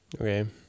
Okay